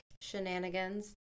Shenanigans